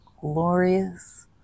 glorious